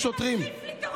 כבאים לשעבר.